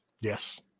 Yes